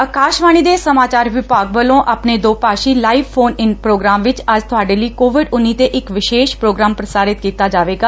ਆਕਾਸ਼ਵਾਣੀ ਦੇ ਸਮਾਚਾਰ ਵਿਭਾਗ ਵੱਲੋਂ ਆਪਣੇ ਦੋਭਾਸ਼ੀ ਲਾਈਵ ਫੋਨ ਇਨ ਪ੍ਰੋਗਰਾਮ ਵਿਚ ਅੱਜ ਤੁਹਾਡੇ ਲਈ ਕੋਵਿਡ ਉਨੀ ਤੇ ਇਕ ਵਿਸ਼ੇਸ਼ ਪ੍ਰੋਗਰਾਮ ਪੁਸਾਰਿਤ ਕੀਤਾ ਜਾਵੇਗਾ